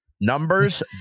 Numbers